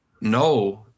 no